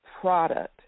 product